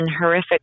horrific